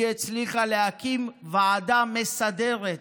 היא הצליחה להקים ועדה מסדרת,